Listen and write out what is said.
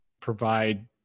provide